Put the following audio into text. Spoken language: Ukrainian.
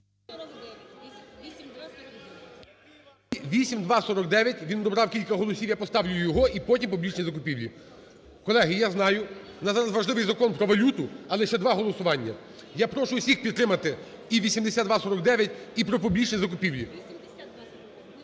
8249 - він набрав кілька голосів, я поставлю його, і потім публічні закупівлі. Колеги, я знаю, у нас зараз важливий Закон про валюту, але ще два голосування. Я прошу усіх підтримати і 8249, і про публічні закупівлі.